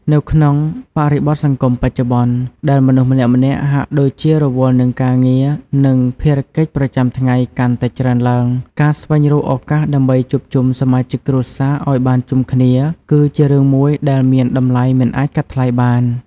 នៅក្នុងបរិបទសង្គមបច្ចុប្បន្ន ដែលមនុស្សម្នាក់ៗហាក់ដូចជារវល់នឹងការងារនិងភារកិច្ចប្រចាំថ្ងៃកាន់តែច្រើនឡើង ការស្វែងរកឱកាសដើម្បីជួបជុំសមាជិកគ្រួសារឲ្យបានជុំគ្នាគឺជារឿងមួយដែលមានតម្លៃមិនអាចកាត់ថ្លៃបាន។